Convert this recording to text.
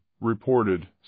reported